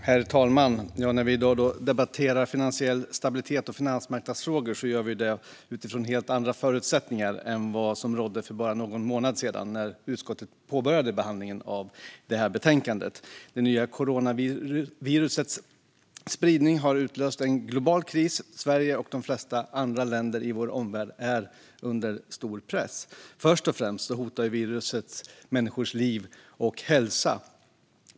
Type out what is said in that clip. Herr talman! När vi i dag debatterar finansiell stabilitet och finansmarknadsfrågor gör vi det utifrån helt andra förutsättningar än vad som rådde för bara någon månad sedan när utskottet påbörjade behandlingen av betänkandet. Det nya coronavirusets spridning har utlöst en global kris. Sverige och de flesta andra länder i vår omvärld är under stor press. Först och främst hotar viruset människors liv och hälsa.